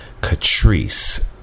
Catrice